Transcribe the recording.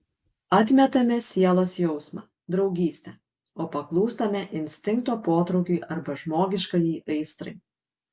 atmetame sielos jausmą draugystę o paklūstame instinkto potraukiui arba žmogiškajai aistrai